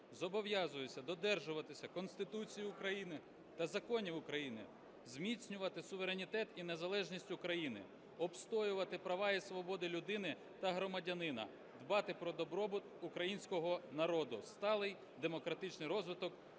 Зобов'язуюся додержуватися Конституції України та законів України, зміцнювати суверенітет і незалежність України, обстоювати права і свободи людини та громадянина, дбати про добробут Українського народу, сталий демократичний розвиток